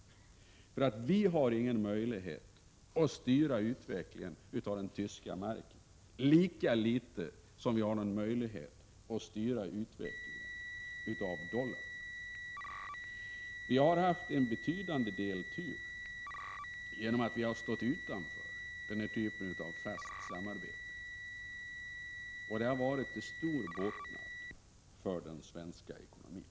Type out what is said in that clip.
Vi har ingen möjlighet att styra utvecklingen av den tyska marken, lika litet som vi har någon möjlighet att styra utvecklingen av dollarn. Vi har haft en betydande del tur genom att vi har stått utanför den här typen av fast samarbete, och det har varit till stor båtnad för den svenska ekonomin.